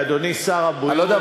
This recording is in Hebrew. אדוני שר הבריאות, מזל טוב.